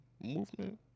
movement